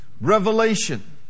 Revelation